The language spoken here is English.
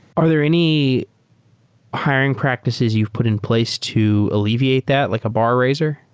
are there any hiring practices you've put in place to alleviate that, like a bar raiser?